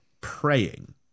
praying